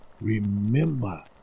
remember